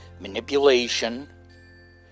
manipulation